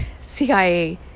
CIA